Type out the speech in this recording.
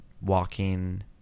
walking